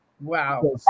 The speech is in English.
Wow